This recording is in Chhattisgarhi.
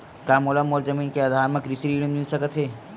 का मोला मोर जमीन के आधार म कृषि ऋण मिल सकत हे?